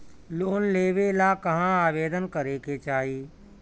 Loan लेवे ला कहाँ आवेदन करे के चाही?